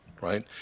right